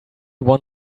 won